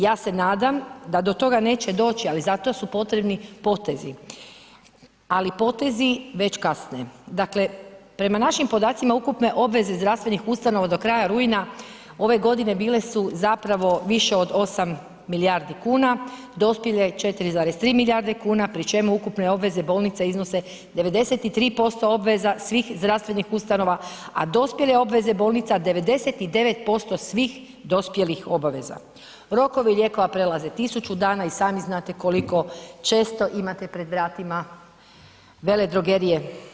Ja se nadam da do toga neće doći, ali za to su potrebni potezi, ali potezi već kasne, dakle prema našim podacima ukupne obveze zdravstvenih ustanova do kraja rujna ove godine bile su zapravo više od 8 milijardi kuna, dospjele 4,3 milijarde kuna pri čemu ukupne obveze bolnica iznose 93% obveza svih zdravstvenih ustanova, a dospjele obveze bolnica Rokovi lijekova prelaze 1000 dana, i sami znate koliko često imate pred vratima veledrogerije.